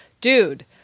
dude